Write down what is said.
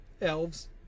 elves